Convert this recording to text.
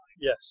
Yes